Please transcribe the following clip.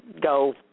go